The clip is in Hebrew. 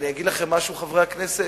אני אגיד לכם משהו, חברי הכנסת,